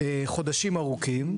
חודשים ארוכים,